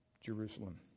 Jerusalem